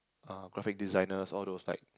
uh graphic designers all those like